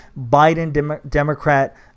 Biden-Democrat